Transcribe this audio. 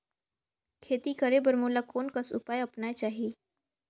खेती करे बर मोला कोन कस उपाय अपनाये चाही?